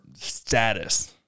status